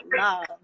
love